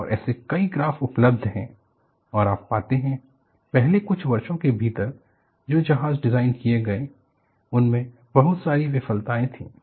और ऐसे कई ग्राफ़ उपलब्ध हैं और आप पाते हैं पहले कुछ वर्षों के भीतर जो जहाज डिज़ाइन किए गए उनमे बहुत सारी विफलताएँ थीं